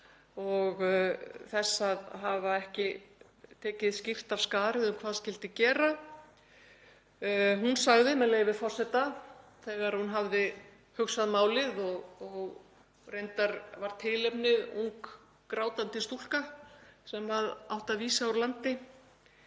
og fyrir að hafa ekki tekið skýrt af skarið um hvað skyldi gera, Angela Merkel, sagði þegar hún hafði hugsað málið — reyndar var tilefnið ung, grátandi stúlka sem átti að vísa úr landi